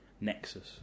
nexus